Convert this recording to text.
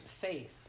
faith